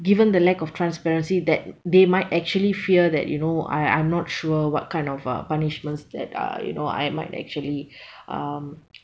given the lack of transparency that they might actually fear that you know I I'm not sure what kind of uh punishments that uh you know I might actually um